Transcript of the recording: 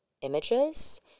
images